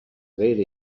غیر